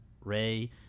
ray